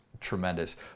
tremendous